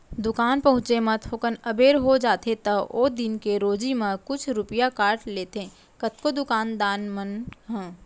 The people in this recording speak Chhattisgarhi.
दुकान पहुँचे म थोकन अबेर हो जाथे त ओ दिन के रोजी म कुछ रूपिया काट लेथें कतको दुकान दान मन ह